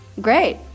Great